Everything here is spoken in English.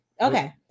Okay